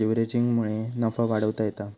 लीव्हरेजिंगमुळे नफा वाढवता येता